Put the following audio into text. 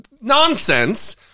nonsense